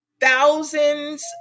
thousands